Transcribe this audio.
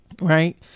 Right